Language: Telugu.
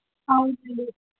అవునండి